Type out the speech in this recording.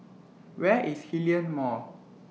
Where IS Hillion Mall